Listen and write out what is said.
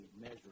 measure